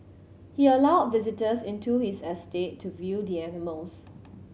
he allowed visitors into his estate to view the animals